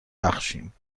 بخشیم